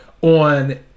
on